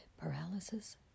Paralysis